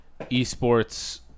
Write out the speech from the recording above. esports